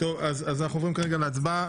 אנחנו עוברים להצבעה.